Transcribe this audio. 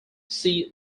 sea